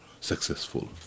successful